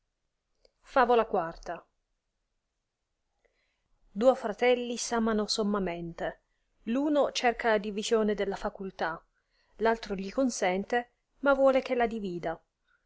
favola i duo fratelli s amano sommamente l uno cerca la divisione della facultà l altro gli consente ma vuole che la divida